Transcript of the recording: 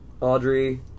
Audrey